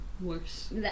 worse